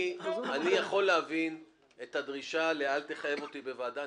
יכול להבין את הדרישה לא לחייב בוועדה,